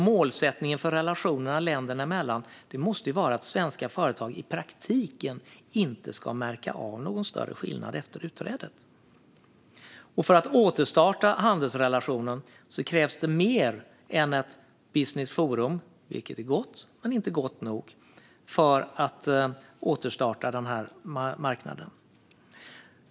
Målsättningen för relationen länderna emellan måste vara att svenska företag i praktiken inte ska märka av någon större skillnad efter utträdet. För att återstarta handelsrelationen krävs mer än ett business forum; det är gott, men inte gott nog för att återstarta marknaden.